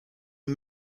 and